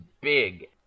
big